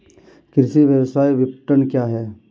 कृषि व्यवसाय विपणन क्या है?